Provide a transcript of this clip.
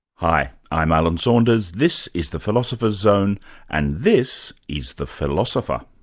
hi, i'm alan saunders, this is the philosophers' zone and this is the philosopher.